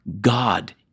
God